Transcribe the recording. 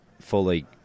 fully